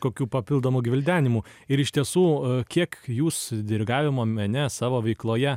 kokių papildomų gvildenimų ir iš tiesų kiek jūs dirigavimo mene savo veikloje